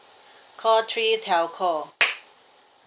call three telco